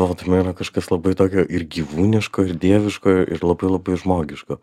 o va tame yra kažkas labai tokio ir gyvūniško ir dieviško ir labai labai žmogiško